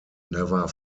never